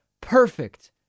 perfect